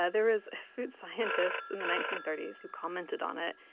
ah there was a food scientist in the nineteen thirty s who commented on it.